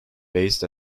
based